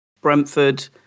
Brentford